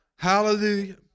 Hallelujah